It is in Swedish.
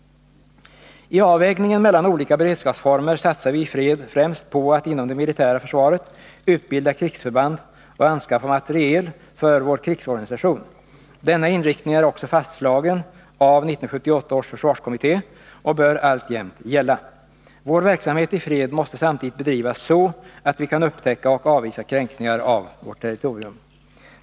I avvägningen mellan olika beredskapsformer satsar vi i fred främst på att inom det militära försvaret utbilda krigsförband och anskaffa materiel för vår krigsorganisation. Denna inriktning är också fastslagen av 1978 års försvarskommitté och bör alltjämt gälla. Vår verksamhet i fred måste samtidigt bedrivas så, att vi kan upptäcka och avvisa kränkningar av vårt territorium.